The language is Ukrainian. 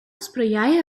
сприяє